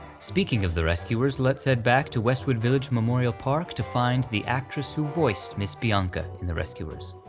speaking of the rescuers, let's head back to westwood village memorial park, to find the actress who voiced miss bianca in the rescuers.